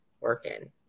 working